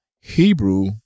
Hebrew